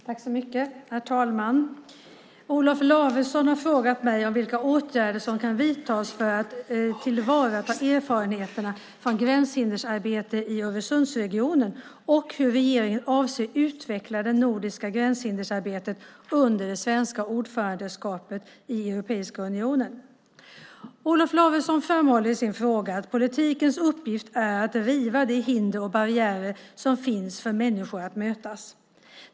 Herr talman! Olof Lavesson har frågat mig vilka åtgärder som kan vidtas för att tillvarata erfarenheterna från gränshindersarbetet i Öresundsregionen och hur regeringen avser att utveckla det nordiska gränshindersarbetet under det svenska ordförandeskapet i Europeiska unionen. Olof Lavesson framhåller i sin fråga att politikens uppgift är att riva de hinder och barriärer för att mötas som finns för människor.